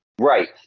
Right